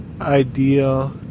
idea